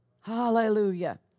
Hallelujah